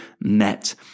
met